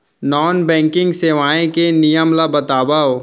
Non banking सेवाएं के नियम ला बतावव?